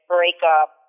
breakup